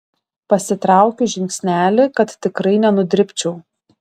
pasitraukiu žingsnelį kad tikrai nenudribčiau